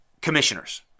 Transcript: commissioners